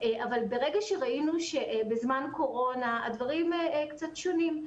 אבל ברגע שראינו שבזמן קורונה הדברים קצת שונים,